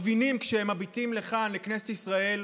מבינים כשהם מביטים לכאן, לכנסת ישראל?